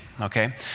okay